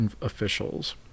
officials